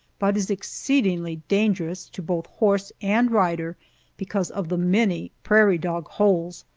but is exceedingly dangerous to both horse and rider because of the many prairie-dog holes,